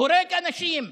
הורג אנשים,